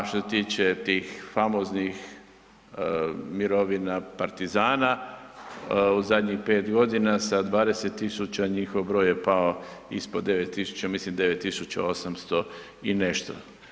A što se tiče tih famoznih mirovina partizana u zadnjih 5.g. sa 20 000 njihov broj je pao ispod 9000, mislim 9800 i nešto.